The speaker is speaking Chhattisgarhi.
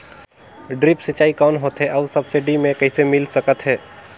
ड्रिप सिंचाई कौन होथे अउ सब्सिडी मे कइसे मिल सकत हे?